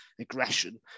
aggression